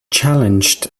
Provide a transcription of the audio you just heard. challenged